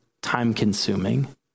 time-consuming